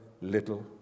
little